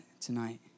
tonight